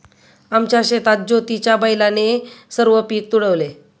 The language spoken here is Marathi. आमच्या शेतात ज्योतीच्या बैलाने सर्व पीक तुडवले